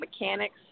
mechanics